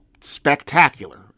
spectacular